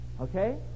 okay